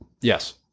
Yes